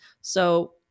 So-